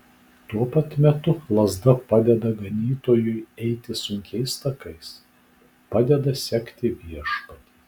tuo pat metu lazda padeda ganytojui eiti sunkiais takais padeda sekti viešpatį